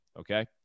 Okay